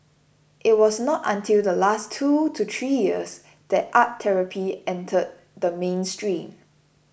it was not until the last two to three years that art therapy entered the mainstream